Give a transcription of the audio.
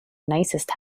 nicest